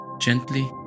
gently